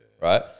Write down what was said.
right